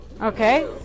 Okay